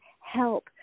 help